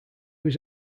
was